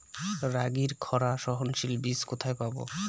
রাগির খরা সহনশীল বীজ কোথায় পাবো?